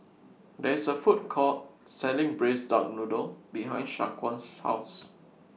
There IS A Food Court Selling Braised Duck Noodle behind Shaquan's House